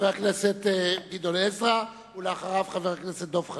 חבר הכנסת גדעון עזרא, ואחריו, חבר הכנסת דב חנין.